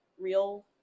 real